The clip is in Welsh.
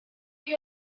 chi